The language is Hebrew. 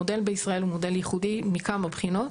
המודל בישראל הוא מודל ייחודי מכמה בחינות.